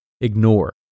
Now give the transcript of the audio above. Ignore